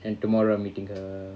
and tomorrow I'm meeting her